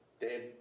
dead